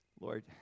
Lord